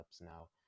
now